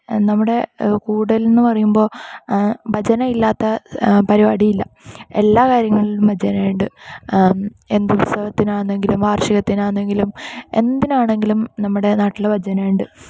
നമ്മുടെ കൂടൽ എന്നു പറയുമ്പോൾ ഭജന ഇല്ലാത്ത പരുപാടി ഇല്ല എല്ലാ കാര്യങ്ങളിലും ഭജന ഉണ്ട് എന്ത് ഉത്സവത്തിനാണെങ്കിലും വാർഷികത്തിനാന്നെങ്കിലും എന്തിനാണെങ്കിലും നമ്മുടെ നാട്ടിൽ ഭജന ഉണ്ട്